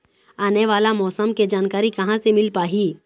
आने वाला मौसम के जानकारी कहां से मिल पाही?